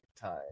time